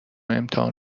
امتحان